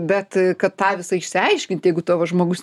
bet kad tą visą išsiaiškinti jeigu tavo žmogus